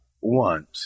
want